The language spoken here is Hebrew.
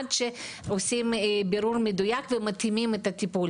ולכן לוקח זמן עד שנעשה בירור מדויק והתאמת טיפול.